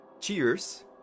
Cheers